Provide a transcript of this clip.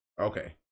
Okay